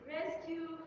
Rescue